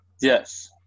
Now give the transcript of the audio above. Yes